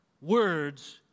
words